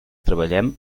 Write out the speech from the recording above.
treballem